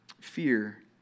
Fear